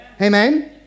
Amen